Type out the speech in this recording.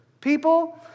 people